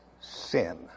sin